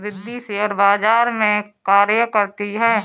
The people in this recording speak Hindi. रिद्धी शेयर बाजार में कार्य करती है